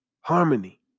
Harmony